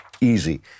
easy